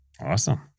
Awesome